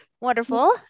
wonderful